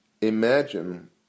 Imagine